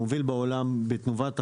מוביל בעולם בתנובת החלב,